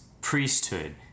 priesthood